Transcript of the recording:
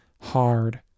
hard